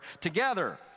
together